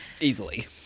easily